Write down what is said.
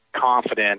Confident